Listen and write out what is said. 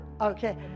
Okay